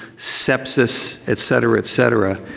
sepsis, etc, etc.